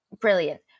brilliant